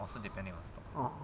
ah